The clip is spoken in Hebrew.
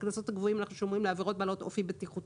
הקנסות הגבוהים אנחנו שומרים לעבירות בעלות אופי בטיחותי.